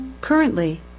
Currently